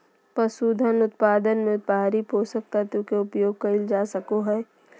पसूधन उत्पादन मे बाहरी पोषक तत्व के उपयोग कइल जा सको हइ